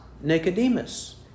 Nicodemus